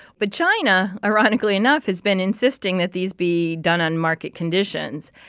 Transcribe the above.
but china, ironically enough, has been insisting that these be done on market conditions.